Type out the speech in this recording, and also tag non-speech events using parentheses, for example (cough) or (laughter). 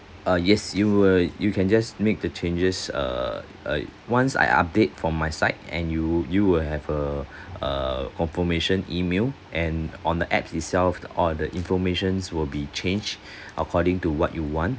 uh yes you were you can just make the changes err once I update from my side and you you will have a a confirmation email and on the apps itself th~ all the informations will be changed (breath) according to what you want